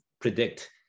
predict